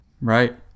Right